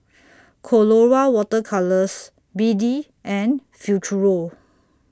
Colora Water Colours B D and Futuro